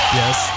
yes